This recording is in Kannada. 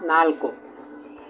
ನಾಲ್ಕು